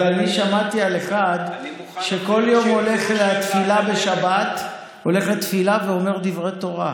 אבל אני שמעתי על אחד שכל שבת הולך לתפילה ואומר דברי תורה,